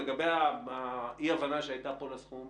לגבי אי-ההבנה שהייתה פה בעניין הסכום של 30 מיליון השקלים,